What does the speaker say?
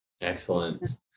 Excellent